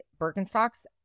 Birkenstocks